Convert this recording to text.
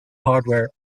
hardware